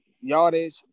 yardage